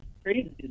Crazy